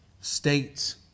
states